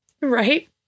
right